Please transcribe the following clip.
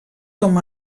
com